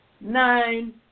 nine